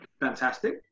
Fantastic